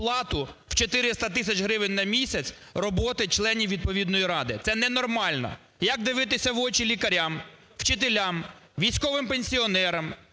оплату в 400 тисяч гривень на місяць роботи членів відповідної ради. Це ненормально, як дивитися в очі лікарям, учителям, військовим пенсіонерам,